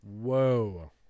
Whoa